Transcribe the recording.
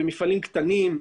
במפעלים קטנים,